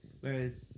Whereas